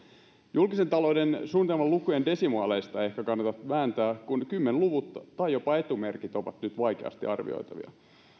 julkisen talouden suunnitelman lukujen desimaaleista ehkä ei kannata vääntää kun kymmenluvut tai jopa etumerkit ovat nyt vaikeasti arvioitavia